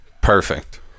Perfect